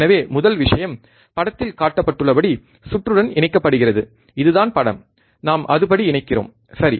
எனவே முதல் விஷயம் படத்தில் காட்டப்பட்டுள்ளபடி சுற்றுடன் இணைக்கப்படுகிறது இதுதான் படம் நாம் அதுபடி இணைக்கிறோம் சரி